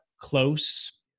close